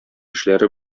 эшләре